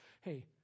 Hey